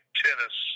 tennis